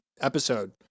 episode